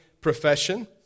profession